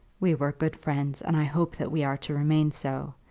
we were good friends, and i hope that we are to remain so.